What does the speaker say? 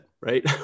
right